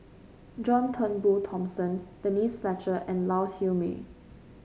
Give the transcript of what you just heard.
John Turnbull Thomson Denise Fletcher and Lau Siew Mei